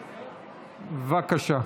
בבקשה.